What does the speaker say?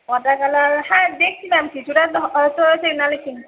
water colour হ্যাঁ দেখছি ma'am কিছুটা হয় হয়তো আছে নাহলে কিন